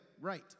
right